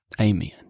Amen